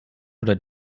oder